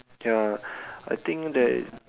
ya I think that